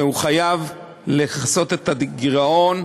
והוא חייב לכסות את הגירעון.